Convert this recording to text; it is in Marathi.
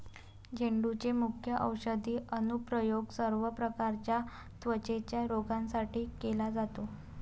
झेंडूचे मुख्य औषधी अनुप्रयोग सर्व प्रकारच्या त्वचेच्या रोगांसाठी केला जातो